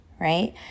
right